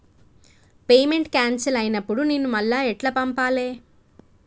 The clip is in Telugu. పేమెంట్ క్యాన్సిల్ అయినపుడు నేను మళ్ళా ఎట్ల పంపాలే?